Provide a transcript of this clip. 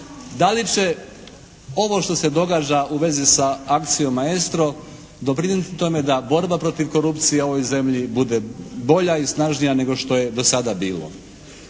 da li će ovo što se događa u vezi sa akcijom maestro doprinijeti tome da borba protiv korupcije u ovoj zemlji bude bolja i snažnija nego što je do sada bilo.